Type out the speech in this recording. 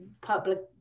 public